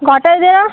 घटाइदिएर